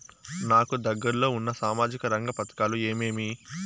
నాకు దగ్గర లో ఉన్న సామాజిక రంగ పథకాలు ఏమేమీ?